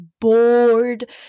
bored